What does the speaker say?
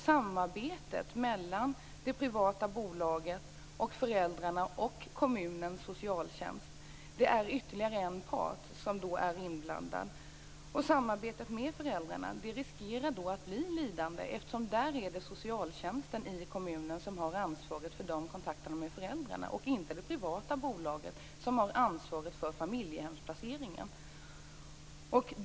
Samarbetet mellan det privata bolaget, föräldrarna och kommunens socialtjänst innebär att ytterligare en part är inblandad. Samarbetet med föräldrarna riskerar att bli lidande, eftersom det är socialtjänsten i kommunen som har ansvaret för kontakterna med föräldrarna och inte det privata bolaget, som har ansvaret för familjehemsplaceringen.